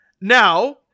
Now